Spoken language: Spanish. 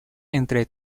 entre